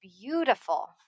beautiful